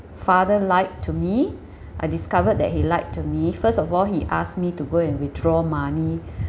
father lied to me I discovered that he lied to me first of all he asked me to go and withdraw money